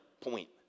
point